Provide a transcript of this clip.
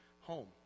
home